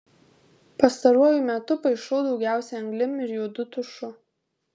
pastaruoju metu paišau daugiausia anglim ir juodu tušu